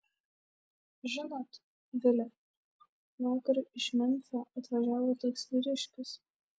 žinot vile vakar iš memfio atvažiavo toks vyriškis